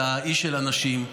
אתה איש של אנשים,